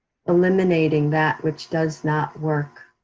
eliminating that which does not work.